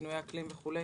שינויי אקלים וכולי,